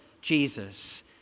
Jesus